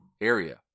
area